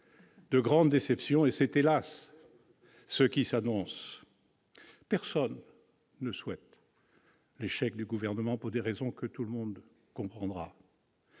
de grandes déceptions. C'est, hélas, ce qui s'annonce. Personne ne souhaite l'échec du Gouvernement, pour des raisons que tout le monde comprendra.